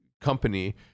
company